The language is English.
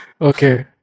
Okay